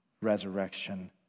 resurrection